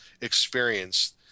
experience